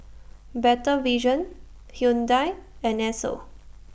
Better Vision Hyundai and Esso